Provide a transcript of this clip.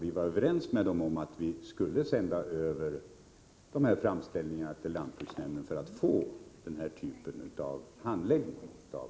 Vi var överens med dem om att framställningarna skulle sändas över till lantbruksnämnden för att få den här typen av handläggning.